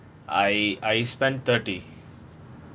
I I spent thirty